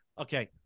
Okay